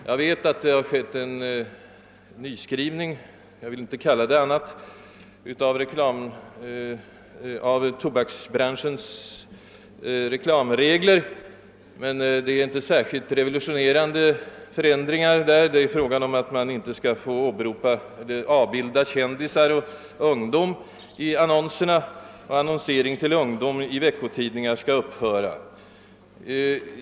Jag vet att det har gjorts en nyskrivning — jag vill inte kalla det annat — av tobaksbranschens reklamregler, men det rör sig i stort sett inte om mer än några, inte särskilt revolutionerande förändringar: man skall t.ex. inte få avbilda s.k. kändisar och ungdom i annonserna, och annonsering till ungdom i veckotidningar skall upphöra.